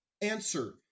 answer